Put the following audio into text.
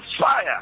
fire